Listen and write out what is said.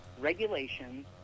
regulations